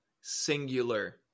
singular